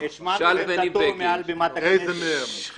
רק